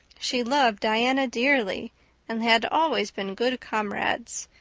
she loved diana dearly and they had always been good comrades.